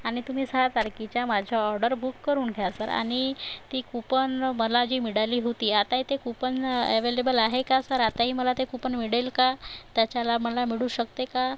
आणि तुम्ही सहा तारखेच्या माझ्या ऑर्डर बुक करून घ्या सर आणि ती कुपन मला जी मिळाली होती आत्ता आहे ते कुपन ॲवेलेबल आहे का सर आत्ताही मला ते कुपन मिळेल का त्याचा लाभ मला मिळू शकते का